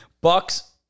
Bucks